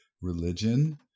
Religion